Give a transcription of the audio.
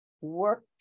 work